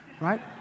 right